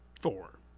four